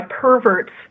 perverts